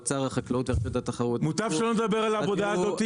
משרד האוצר ורשות התחרות --- מוטב שלא נדבר על העבודה הזאת,